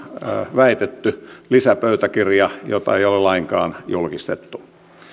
väitetty lisäpöytäkirja jota ei ole lainkaan julkistettu